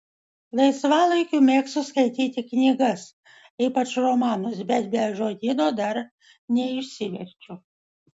laisvalaikiu mėgstu skaityti knygas ypač romanus bet be žodyno dar neišsiverčiu